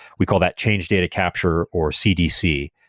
we call that change data capture, or cdc.